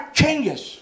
changes